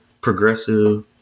progressive